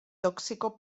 tóxico